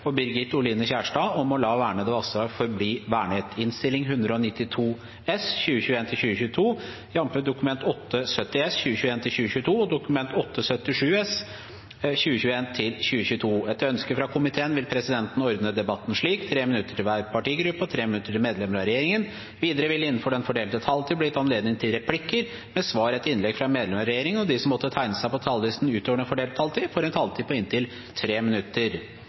Flere har ikke bedt om ordet til sak nr. 6. Etter ønske fra energi- og miljøkomiteen vil presidenten ordne debatten slik: 3 minutter til hver partigruppe og 3 minutter til medlemmer av regjeringen. Videre vil det – innenfor den fordelte taletid – bli gitt anledning til replikker med svar etter innlegg fra medlemmer av regjeringen, og de som måtte tegne seg på talerlisten utover den fordelte taletid, får en taletid på inntil 3 minutter.